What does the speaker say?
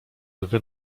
lwy